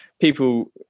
people